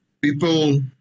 People